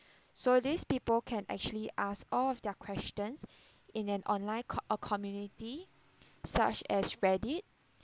so these people can actually ask all of their questions in an online co~ a community such as reddit